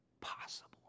possible